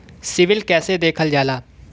CIBIL कैसे देखल जाला?